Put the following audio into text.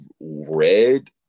read